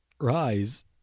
rise